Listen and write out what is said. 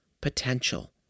potential